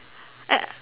I